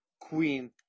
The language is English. queen